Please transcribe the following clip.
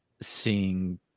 seeing